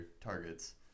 targets